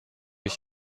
ich